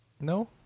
No